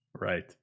Right